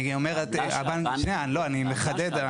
אני מחדד.